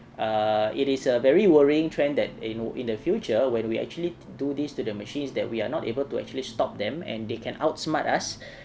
uh it is a very worrying trend that you know in the future when we actually do this to the machines that we are not able to actually stop them and they can outsmart us